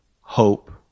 hope